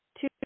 two